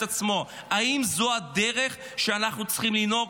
עצמו: האם זו הדרך שבה אנחנו צריכים לנהוג?